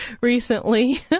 recently